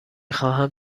خواهم